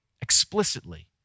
explicitly